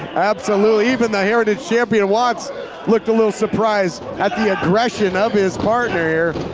absolutely even the heritage champion watts looked a little surprised at the aggression of his partner here.